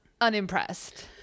unimpressed